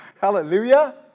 Hallelujah